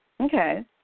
Okay